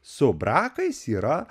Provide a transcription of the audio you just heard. su brakais yra